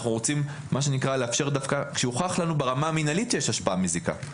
אנחנו רוצים שיוכח לנו ברמה המינהלית שיש השפעה מזיקה.